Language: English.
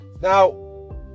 now